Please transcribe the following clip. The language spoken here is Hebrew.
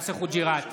יאסר חוג'יראת,